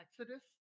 Exodus